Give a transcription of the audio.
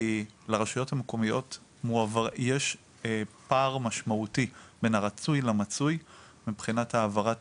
לרשויות המקומיות יש פער משמעותי בין הרצוי למצוי מבחינת העברת